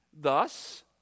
Thus